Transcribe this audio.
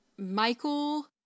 Michael